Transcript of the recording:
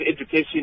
education